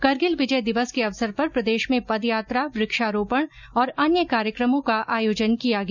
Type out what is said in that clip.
करगिल विजय दिवस के अवसर पर प्रदेश में पदयात्रा वृक्षारोपण और अन्य कार्यक्रमों का आयोजन किया गया